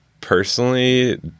personally